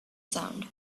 sound